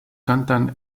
cantan